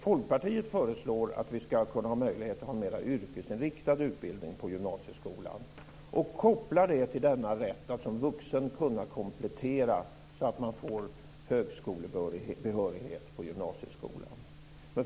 Folkpartiet föreslår att vi ska ha en möjlighet att ha en mera yrkesinriktad utbildning på gymnasieskolan och koppla den till denna rätt att som vuxen kunna komplettera, så att man får högskolebehörighet på gymnasieskolan.